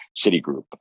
Citigroup